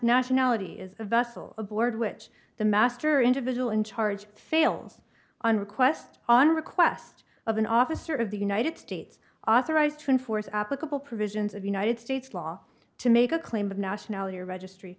nationality is a vessel aboard which the master individual in charge fails on request on request of an officer of the united states authorized to enforce applicable provisions of united states law to make a claim of nationality or registry